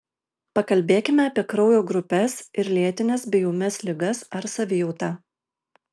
pakalbėkime apie kraujo grupes ir lėtines bei ūmias ligas ar savijautą